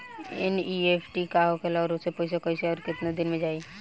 NEFT का होखेला और ओसे पैसा कैसे आउर केतना दिन मे जायी?